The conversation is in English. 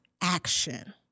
action